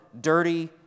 dirty